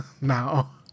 now